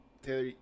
Taylor